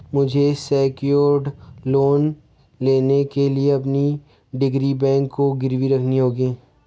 मुझे secured loan लेने के लिए अपनी डिग्री बैंक को गिरवी रखनी होगी